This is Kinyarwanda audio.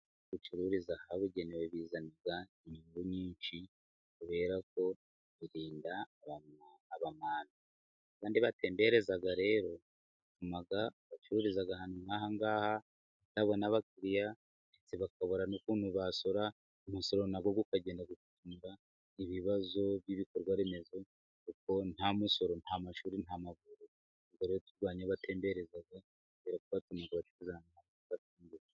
Gucururiza ahabugenewe bizana inyungu nyinshi kubera ko birinda abamamyi. Ba bandi batembereza rero batuma abacururiza ahantu nk'aha ngaha batabona abakiriya, ndetse bakabura n'ukuntu basora, umusoro na wo ukagenda ugatinza ibibazo by'ibikorwa remezo kuko nta misoro nta mashuri, nta mavuriro ubwo rero turwanye abatembereza kubera ko batuma abacururiza...